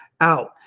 out